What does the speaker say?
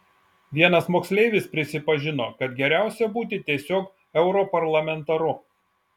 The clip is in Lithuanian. vienas moksleivis prisipažino kad geriausia būti tiesiog europarlamentaru